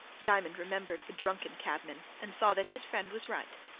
diamond remembered the drunken cabman, and saw that his friend was right.